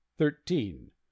thirteen